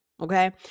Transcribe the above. okay